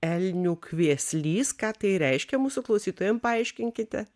elnių kvieslys ką tai reiškia mūsų klausytojam paaiškinkite